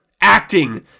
Acting